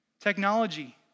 Technology